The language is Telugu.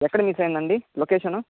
ఎక్కడ మిస్ అయ్యిందండి లొకేషను